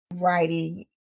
writing